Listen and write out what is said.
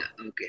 okay